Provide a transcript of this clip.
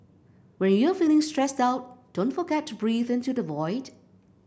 when you are feeling stressed out don't forget to breathe into the void